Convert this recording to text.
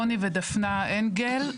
רוני ודפנה אנגל,